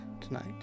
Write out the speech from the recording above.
tonight